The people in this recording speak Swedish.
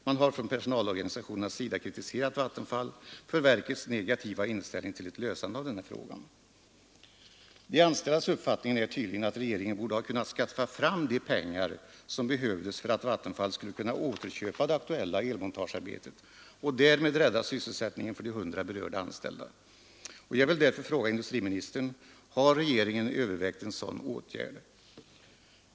Man har från personalorganisationernas sida kritiserat Vattenfall för verkets negativa inställning till ett lösande av den här frågan. De anställdas uppfattning är tydligen att regeringen borde ha kunnat skaffa fram de pengar som behövdes för att Vattenfall skulle kunna återköpa det aktuella elmontagearbetet och därmed rädda sysselsättningen för de 100 berörda anställda. Jag vill därför fråga industriministern: Har regeringen övervägt en sådan åtgärd?